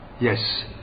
Yes